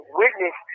witness